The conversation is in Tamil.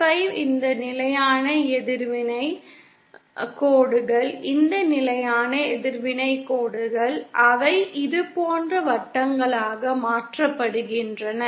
5 இந்த நிலையான எதிர்வினை கோடுகள் இந்த நிலையான எதிர்வினைகள் கோடுகள் அவை இது போன்ற வட்டங்களாக மாற்றப்படுகின்றன